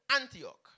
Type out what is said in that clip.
Antioch